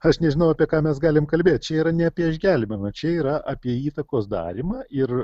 aš nežinau apie ką mes galim kalbėt čia yra ne apie išgelbėjimą čia yra apie įtakos darymą ir